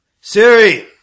Siri